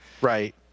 Right